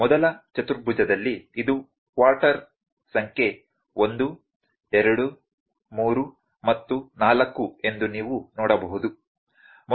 ಮೊದಲ ಚತುರ್ಭುಜದಲ್ಲಿ ಇದು ಕ್ವಾರ್ಟರ್ ಸಂಖ್ಯೆ 1 2 3 ಮತ್ತು 4 ಎಂದು ನೀವು ನೋಡಬಹುದು